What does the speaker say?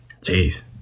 Jeez